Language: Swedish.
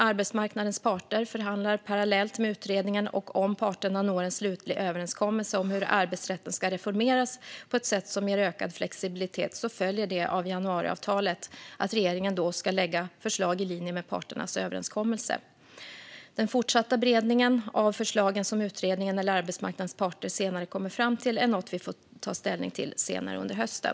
Arbetsmarknadens parter förhandlar parallellt med utredningen, och om parterna når en slutlig överenskommelse om hur arbetsrätten ska reformeras på ett sätt som ger ökad flexibilitet följer det av januariavtalet att regeringen då ska lägga fram förslag i linje med parternas överenskommelse. Den fortsatta beredningen av förslagen som utredningen eller arbetsmarknadens parter senare kommer fram till är något vi får ta ställning till senare under hösten.